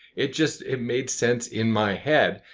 it just, it made sense in my head.